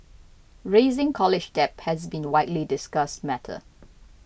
rising college debt has been a widely discussed matter